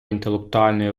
інтелектуальної